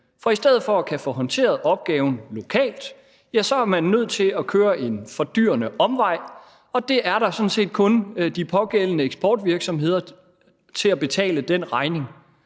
For i stedet for at kunne få håndteret opgaven lokalt er man nødt til at køre en fordyrende omvej, og der er der sådan set kun de pågældende eksportvirksomheder til at betale den regning.